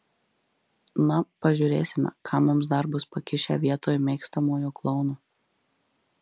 na pažiūrėsime ką mums dar bus pakišę vietoj mėgstamojo klouno